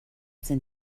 sind